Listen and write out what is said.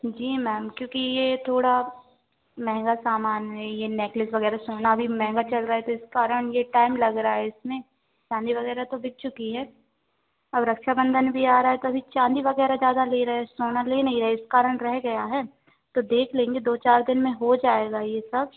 जी ma'am क्योंकि यह थोड़ा महंगा सामान है यह नेकलेस वग़ैरह सोना अभी महंगा चल रहा है तो इसका कारण यह टाइम लग रहा है इसमें चाँदी वग़ैरह तो बिक चुकी है अब रक्षाबंधन भी आ रहा है कभी चाँदी वग़ैरह ज़्यादा ले रहें सोना ले नहीं रहें इस कारण रह गया है तो देख लेंगे दो चार दिन में हो जाएगा यह सब